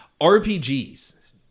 RPGs